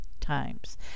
times